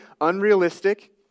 unrealistic